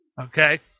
Okay